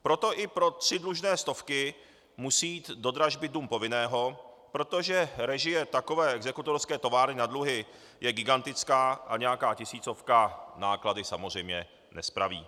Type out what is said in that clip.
Proto i pro tři dlužné stovky musí jít do dražby dům povinného, protože režie takové exekutorské továrny na dluhy je gigantická a nějaká tisícovka náklady samozřejmě nespraví.